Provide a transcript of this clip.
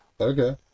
Okay